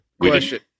question